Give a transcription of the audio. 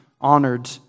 honored